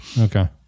okay